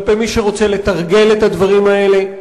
כלפי מי שרוצה לתרגל את הדברים האלה.